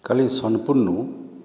କାଲି ସୋନପୁରନୁ